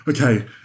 Okay